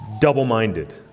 double-minded